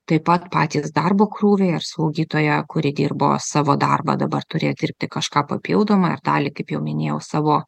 taip pat patys darbo krūviai ar slaugytoja kuri dirbo savo darbą dabar turi dirbti kažką papildomą ir dalį kaip jau minėjau savo